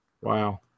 Wow